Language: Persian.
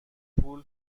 پول